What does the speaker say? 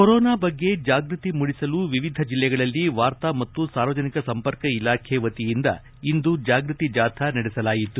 corona ಬಗ್ಗೆ ಜಾಗೃತಿ ಮೂಡಿಸಲು ವಿವಿಧ ಜಿಲ್ಲೆಗಳಲ್ಲಿ ವಾರ್ತಾ ಮತ್ತು ಸಾರ್ವಜನಿಕ ಸಂಪರ್ಕ ಇಲಾಖೆ ವತಿಯಿಂದ ಇಂದು ಜಾಗೃತಿ ಜಾಥಾ ನಡೆಸಲಾಯಿತು